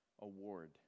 award